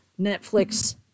Netflix